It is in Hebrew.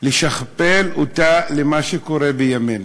לשכפל אותה למה שקורה בימינו.